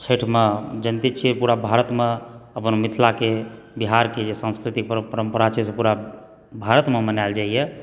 छठिमे जनिते छियै पुरा भारतमे अपन मिथिलाके बिहारके जे सांस्कृतिक परम्परा छै से पुरा भारतमे मनायल जाइया